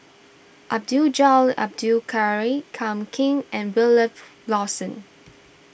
Abdul Jalil Abdul Kadir Kam King and Wilfed Lawson